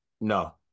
No